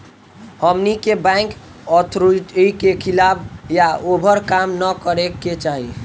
हमनी के bank authority के खिलाफ या ओभर काम न करे के चाही